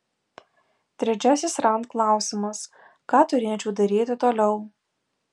trečiasis rand klausimas ką turėčiau daryti toliau